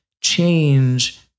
change